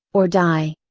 or die.